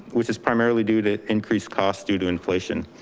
which is primarily due to increased costs due to inflation.